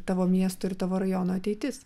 tavo miesto ir tavo rajono ateitis